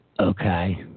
Okay